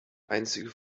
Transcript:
einzige